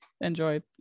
enjoy